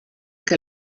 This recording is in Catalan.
que